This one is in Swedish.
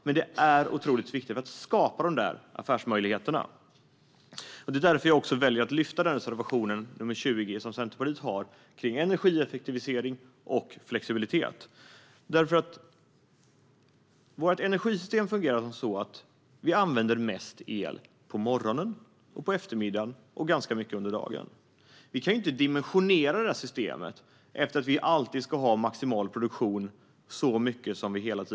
Men det är otroligt viktigt för att skapa de affärsmöjligheterna. Det är därför jag också väljer att lyfta fram Centerpartiets reservation nr 20 om energieffektivisering och flexibilitet. Vårt energisystem fungerar så här: Vi använder mest el på morgonen och på eftermiddagen. Vi använder ganska mycket under dagen. Vi kan inte dimensionera systemet utifrån att vi alltid ska ha maximal produktion.